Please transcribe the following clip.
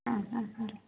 ಹಾಂ ಹಾಂ ಹಾಂ